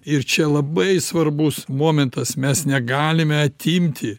ir čia labai svarbus momentas mes negalime atimti